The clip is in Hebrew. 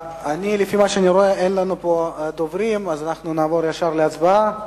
מכיוון שאני רואה שאין דוברים, נעבור ישר להצבעה.